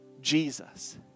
Jesus